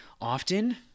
often